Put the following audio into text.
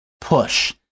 push